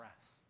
rest